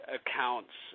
accounts